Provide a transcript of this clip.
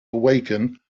awaken